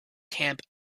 camp